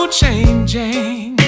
changing